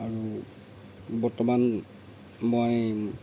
আৰু বৰ্তমান মই